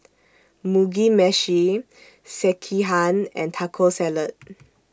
Mugi Meshi Sekihan and Taco Salad